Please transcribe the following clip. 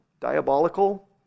Diabolical